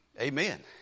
Amen